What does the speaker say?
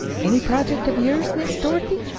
any project of yours, miss dorothy!